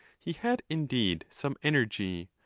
he had, indeed, some energy,